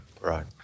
Right